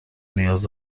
نیاز